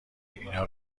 اینا